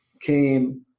came